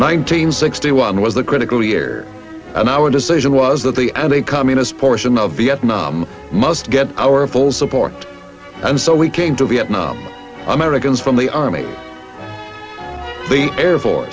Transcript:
nineteen sixty one was the critical year and our decision was that the and a communist portion of vietnam must get our full support and so we came to vietnam americans from the army the air force